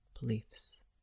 beliefs